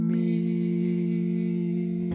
we